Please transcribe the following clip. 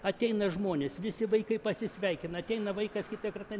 ateina žmonės visi vaikai pasisveikina ateina vaikas kitą kartą ne